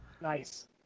Nice